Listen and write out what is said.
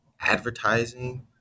advertising